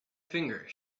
finger